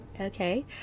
Okay